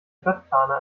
stadtplaner